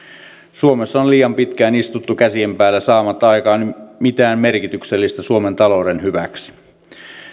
suomessa on liian pitkään istuttu käsien päällä saamatta aikaan mitään merkityksellistä suomen talouden hyväksi